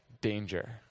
danger